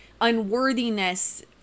unworthiness